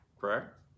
correct